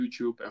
YouTube